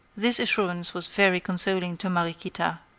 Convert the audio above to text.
this assurance was very consoling to mariequita.